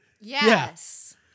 Yes